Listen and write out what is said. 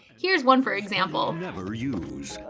here's one for example. never use.